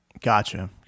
Gotcha